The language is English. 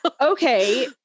Okay